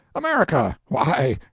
america why,